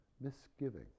misgiving